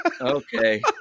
Okay